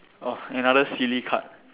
oh another silly card